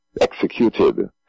executed